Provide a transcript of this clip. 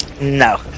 No